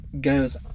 goes